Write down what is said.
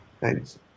thanks